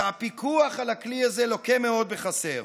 ושהפיקוח על הכלי הזה לוקה מאוד בחסר.